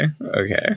okay